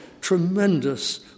Tremendous